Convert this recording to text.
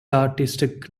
artistic